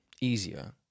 easier